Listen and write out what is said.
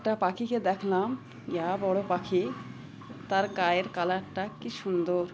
একটা পাখিকে দেখলাম ইয়া বড়ো পাখি তার গায়ের কালারটা কী সুন্দর